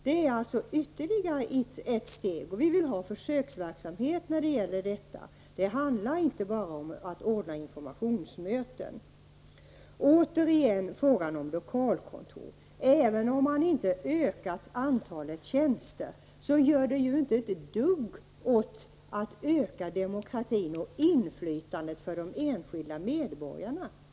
Det är ytterligare ett steg. Vi vill ha försöksverksamhet när det gäller detta. Det handlar inte bara om att ordna informationsmöten. Återigen vill jag ta upp frågan om lokalkontor. Även om man har ökat antalet tjänster, ökas inte demokratin och inflytandet för de enskilda medborgarna.